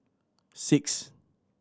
six